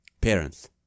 Parents